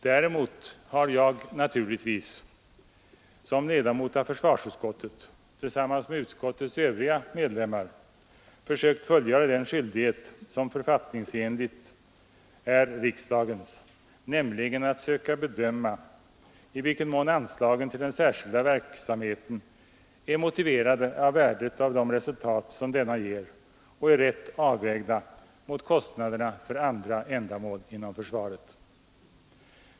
Däremot har jag givetvis som ledamot av försvarsutskottet tillsammans med utskottets övriga medlemmar försökt fullgöra den skyldighet som författningsenligt är riksdagens, nämligen att söka bedöma i vilken mån anslagen till den särskilda verksamheten är motiverade av värdet av det resultat som denna ger och rätt avvägda mot kostnaden för andra ändamål inom försvaret.